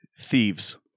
Thieves